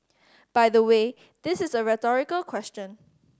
by the way this is a rhetorical question